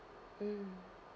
mm